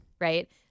Right